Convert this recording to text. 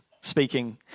speaking